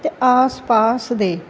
ਅਤੇ ਆਸ ਪਾਸ ਦੇ